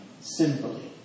simply